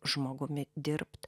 žmogumi dirbt